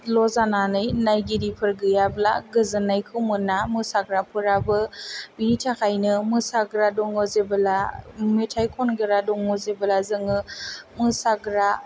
ल' जानानै नायगिरिफोर गैयाब्ला गोजोन्नायखौ मोना मोसाग्राफोराबो बेनि थाखायनो मोसाग्रा दङ जेबोला मेथाइ खनग्रा दङ जेबोला जोङो मोसाग्रा